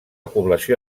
població